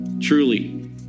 truly